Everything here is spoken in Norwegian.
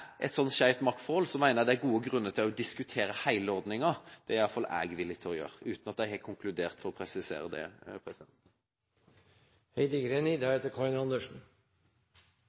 et skjevt maktforhold, mener jeg det er gode grunner for å diskutere hele ordningen. Det er i alle fall jeg villig til å gjøre, uten at jeg har konkludert – for å presisere det.